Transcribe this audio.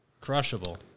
crushable